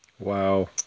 Wow